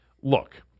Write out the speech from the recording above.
look